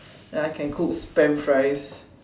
ya I can cook spam fries